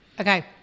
Okay